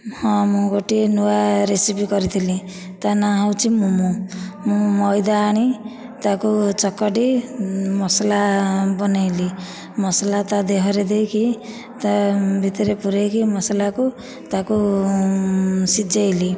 ହଁ ମୁଁ ଗୋଟିଏ ନୂଆ ରେସିପି କରିଥିଲି ତା ନାଁ ହେଉଛି ମୋମୋ ମୁଁ ମଇଦା ଆଣି ତାକୁ ଚକୁଟି ମସଲା ବନାଇଲି ମସଲା ତା ଦେହରେ ଦେଇକି ତା ଭିତରେ ପୁରାଇକି ମସଲାକୁ ତାକୁ ସିଝାଇଲି